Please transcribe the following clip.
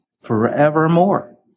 forevermore